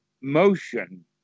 motion